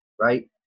right